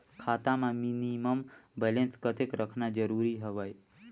खाता मां minimum balance कतेक रखना जरूरी हवय?